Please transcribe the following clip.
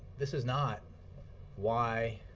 this is not why